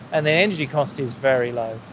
and the energy cost is very low.